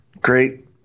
Great